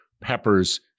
Peppers